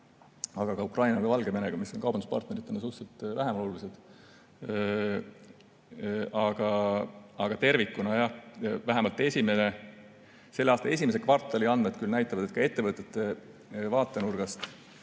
aga ka Ukraina või Valgevenega, mis on kaubanduspartneritena suhteliselt vähem olulised. Aga tervikuna jah, vähemalt selle aasta esimese kvartali andmed näitavad, et ka ettevõtete vaatenurgast